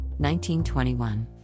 1921